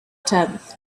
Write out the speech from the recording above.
tenth